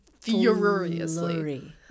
furiously